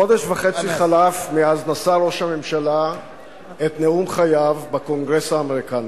חודש וחצי חלף מאז נשא ראש הממשלה את נאום חייו בקונגרס האמריקני.